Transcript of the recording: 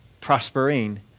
prospering